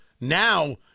now